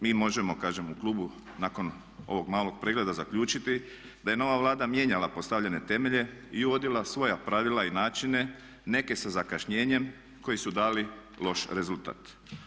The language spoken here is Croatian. Mi možemo kažem u klubu nakon ovog malog pregleda zaključiti da je nova Vlada mijenjala postavljene temelje i uvodila svoja pravila i načine, neke sa zakašnjenjem koji su dali loš rezultat.